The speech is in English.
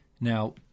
Now